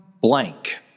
blank